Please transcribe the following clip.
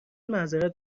معذرت